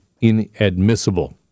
inadmissible